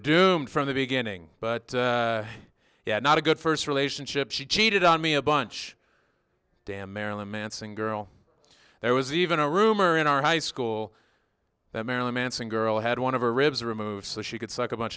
doomed from the beginning but yeah not a good first relationship she cheated on me a bunch damn marilyn manson girl there was even a rumor in our high school that marilyn manson girl had one of her ribs remove so she could suck a bunch